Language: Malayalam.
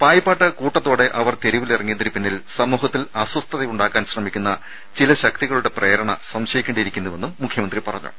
പായിപ്പാട്ട് കൂട്ടത്തോടെ അവർ തെരുവിൽ ഇറങ്ങിയതിനു പിന്നിൽ സമൂഹത്തിൽ അസ്വസ്ഥത ഉണ്ടാക്കാൻ ശ്രമിക്കുന്ന ചില ശക്തികളുടെ പ്രേരണ സംശയിക്കേണ്ടിയിരിക്കുന്നുവെന്നും മുഖ്യമന്ത്രി പറഞ്ഞു